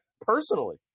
personally